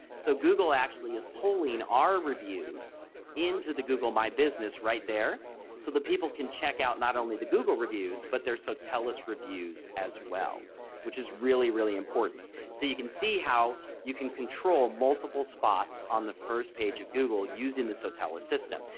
so google actually is pulling our reviews into the google my business right there so that people can check out not only the google reviews but there. sotell us reviews as well which is really, really important. so you can see how you can control multiple spots on the first page of google using the sotellus system.